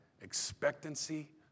expectancy